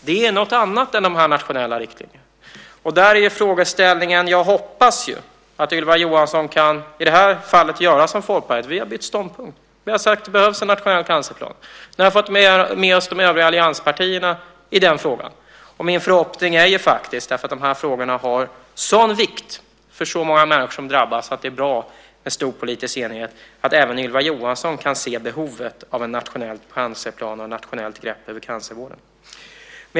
Det är något annat än de nationella riktlinjerna. Jag hoppas att Ylva Johansson i det här fallet kan göra som Folkpartiet. Vi har bytt ståndpunkt. Vi har sagt att det behövs en nationell cancerplan. Sedan har vi fått med oss de övriga allianspartierna i den frågan. Min förhoppning är - de här frågorna har en sådan vikt för så många människor som drabbas att det är bra med stor politisk enighet - att även Ylva Johansson kan se behovet av en nationell cancerplan och ett nationellt grepp över cancervården.